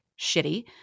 shitty